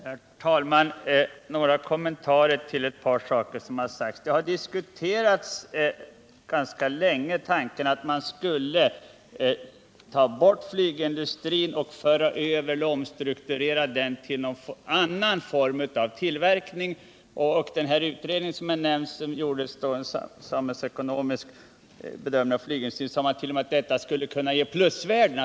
Herr talman! Några kommentarer till ett par saker. Det har diskuterats i flera sammanhang om att man skulle ta bort flygindustrin och omstrukturera till någon annan form av tillverkning. I den nämnda utredningen, som gjorde en samhällsekonomisk bedömning av flygindustrin, sade man t.o.m. att detta skulle kunna ge plusvärden.